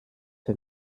für